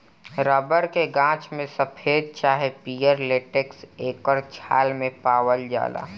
rubber के गाछ में सफ़ेद चाहे पियर लेटेक्स एकर छाल मे पावाल जाला